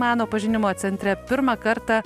meno pažinimo centre pirmą kartą